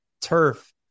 turf